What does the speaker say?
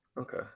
Okay